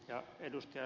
ja ed